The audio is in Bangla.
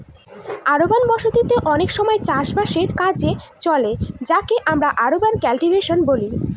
আরবান বসতি তে অনেক সময় চাষ বাসের কাজে চলে যাকে আমরা আরবান কাল্টিভেশন বলি